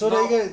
now